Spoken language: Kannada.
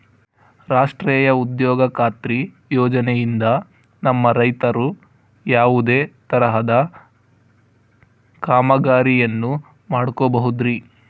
ರಾಷ್ಟ್ರೇಯ ಉದ್ಯೋಗ ಖಾತ್ರಿ ಯೋಜನೆಯಿಂದ ನಮ್ಮ ರೈತರು ಯಾವುದೇ ತರಹದ ಕಾಮಗಾರಿಯನ್ನು ಮಾಡ್ಕೋಬಹುದ್ರಿ?